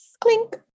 Clink